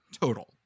total